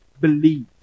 believe